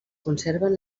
conserven